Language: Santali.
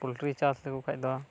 ᱯᱚᱞᱴᱨᱤ ᱪᱟᱥ ᱞᱮᱠᱚ ᱠᱷᱟᱡ ᱫᱚ